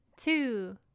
two